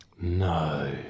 No